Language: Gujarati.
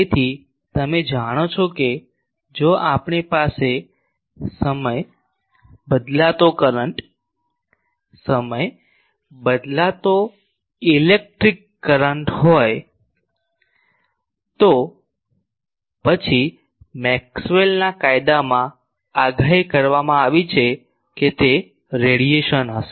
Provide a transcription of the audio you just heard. તેથી તમે જાણો છો કે જો આપણી પાસે સમય બદલાતો કરંટ સમય બદલાતો ઇલેક્ટ્રિક કરંટ હોય તો પછી મેક્સવેલના કાયદામાં આગાહી કરવામાં આવી છે કે તે રેડીએશન હશે